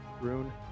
rune